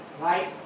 right